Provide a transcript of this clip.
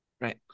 right